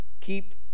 Keep